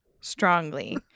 strongly